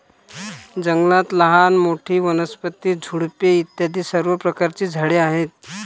जंगलात लहान मोठी, वनस्पती, झुडपे इत्यादी सर्व प्रकारची झाडे आहेत